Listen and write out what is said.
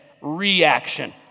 Reaction